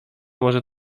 może